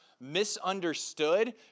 misunderstood